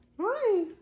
Hi